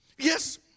Yes